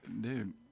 Dude